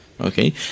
Okay